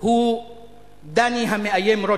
הוא דני המאיים רותם,